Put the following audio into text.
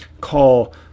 call